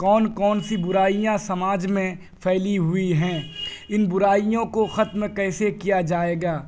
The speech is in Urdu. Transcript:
کون کون سی برائیاں سماج میں پھیلی ہوئی ہیں ان برائیوں کو ختم کیسے کیا جائے گا